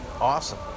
awesome